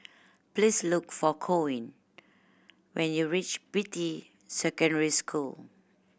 please look for Corwin when you reach Beatty Secondary School